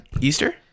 Easter